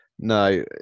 No